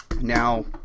now